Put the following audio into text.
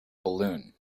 balloon